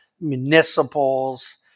municipals